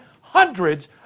hundreds